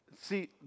see